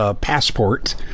passport